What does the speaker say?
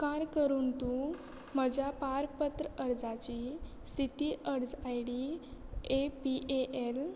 उपकार करून तूं म्हज्या पारपत्र अर्जाची स्थिती अर्ज I D A P A L